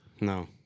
No